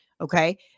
okay